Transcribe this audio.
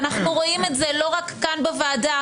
ואנו רואים את זה לא רק כאן בוועדה,